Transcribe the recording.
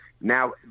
Now